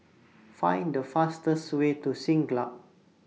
Find The fastest Way to Siglap